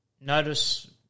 Notice